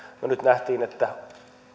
no nyt nähtiin että